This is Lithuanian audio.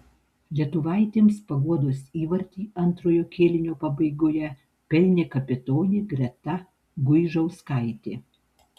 lietuvaitėms paguodos įvartį antrojo kėlinio pabaigoje pelnė kapitonė greta guižauskaitė